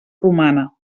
romana